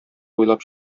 буйлап